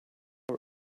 our